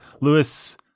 Lewis